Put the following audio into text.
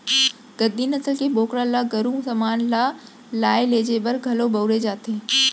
गद्दी नसल के बोकरा ल गरू समान ल लाय लेजे बर घलौ बउरे जाथे